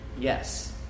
yes